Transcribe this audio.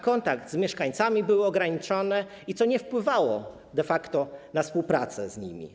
Kontakty z mieszkańcami były ograniczone, co nie wpływało de facto na współpracę z nimi.